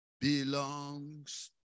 belongs